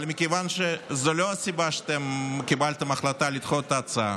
אבל מכיוון שזו לא הסיבה שאתם קיבלתם החלטה לדחות את ההצעה,